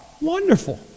Wonderful